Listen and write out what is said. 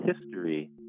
history